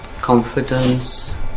confidence